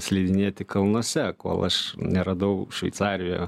slidinėti kalnuose kol aš neradau šveicarijoje